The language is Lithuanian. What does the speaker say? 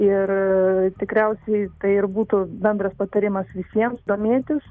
ir tikriausiai tai ir būtų bendras patarimas visiems domėtis